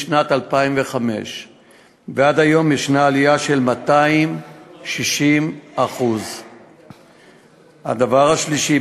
משנת 2005 ועד היום ישנה עלייה של 260%. 3. הדבר השלישי,